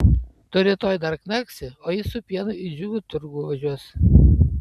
tu rytoj dar knarksi o jis su pienu į džiugų turgų važiuos